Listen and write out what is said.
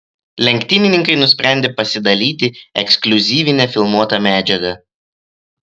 lenktynininkai nusprendė pasidalyti ekskliuzyvine filmuota medžiaga